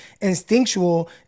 instinctual